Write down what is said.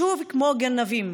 שוב כמו גנבים,